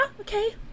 okay